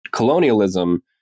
Colonialism